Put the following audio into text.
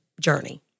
journey